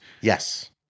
Yes